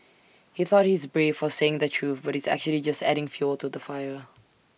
he thought he's brave for saying the truth but he's actually just adding fuel to the fire